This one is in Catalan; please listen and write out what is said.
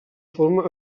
forma